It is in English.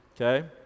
okay